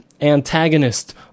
antagonist